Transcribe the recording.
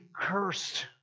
cursed